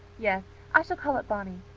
yes, i shall call it bonny.